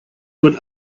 what